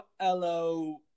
hello